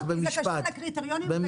שקשורה לקריטריונים,